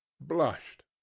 blushed